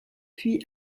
puis